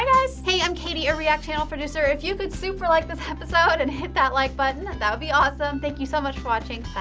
and guys. hey, i'm katie, a react channel producer. if you could super like this episode and hit that like button, that would be awesome. thank you so much for watching.